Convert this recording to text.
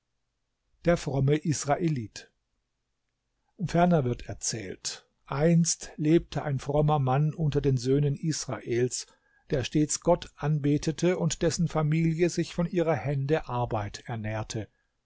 der fromme israelit ferner wird erzählt einst lebte ein frommer mann unter den söhnen israels der stets gott anbetete und dessen familie sich von ihrer hände arbeit ernährte